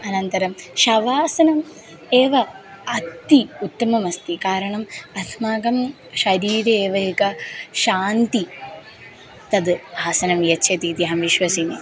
अनन्तरं शवासनम् एव अति उत्तमम् अस्ति कारणम् अस्माकं शरीरे एव एका शान्तिः तत् आसनं यच्चति इति अहं विश्वसिमि